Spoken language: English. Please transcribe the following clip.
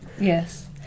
Yes